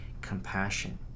compassion